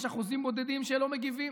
יש אחוזים בודדים שלא מגיבים,